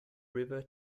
river